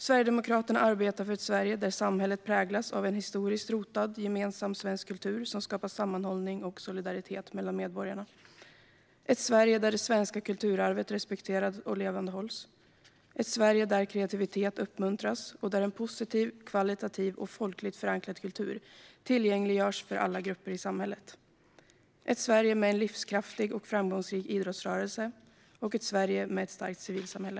Sverigedemokraterna arbetar för ett Sverige där samhället präglas av en historiskt rotad, gemensam svensk kultur som skapar sammanhållning och solidaritet mellan medborgarna. Sverigedemokraterna arbetar för ett Sverige där det svenska kulturarvet respekteras och levandehålls, där kreativitet uppmuntras och där en positiv, kvalitativ och folkligt förankrad kultur tillgängliggörs för alla grupper i samhället - ett Sverige med en livskraftig och framgångsrik idrottsrörelse och med ett starkt civilsamhälle.